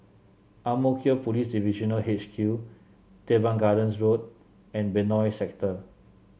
Ang Mo Kio Police Divisional H Q Teban Gardens Road and Benoi Sector